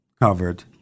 covered